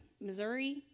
Missouri